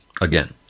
Again